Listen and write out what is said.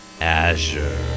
Azure